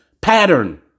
pattern